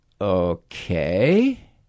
okay